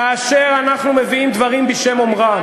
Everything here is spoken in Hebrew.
כאשר אנחנו מביאים דברים בשם אומרם,